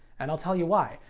and i'll tell you why.